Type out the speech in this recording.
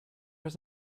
was